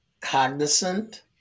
cognizant